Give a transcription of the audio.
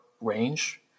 range